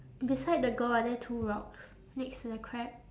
beside the girl are there two rocks next to the crab